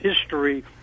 history